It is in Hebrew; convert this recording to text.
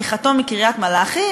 לקיחתו מקריית-מלאכי.